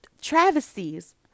travesties